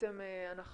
ובעצם אנחנו